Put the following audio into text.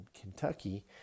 Kentucky